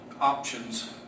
options